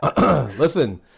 Listen